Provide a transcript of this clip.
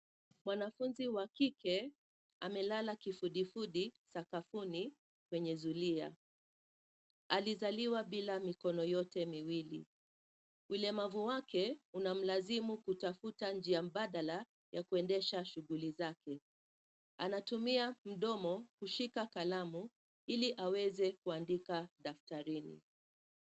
Mwanafunzi wa kike amelala kifudifudi, sakafuni kwenye zulia . Alizaliwa bila mikono yote miwili. Ulemavu wake , unamlazimu kutafuta njia mbadala ya kuendesha shughuli zake . Anatumia mdomo kushika kalamu ili aweze kuandika daftarini .